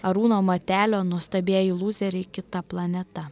arūno matelio nuostabieji lūzeriai kita planeta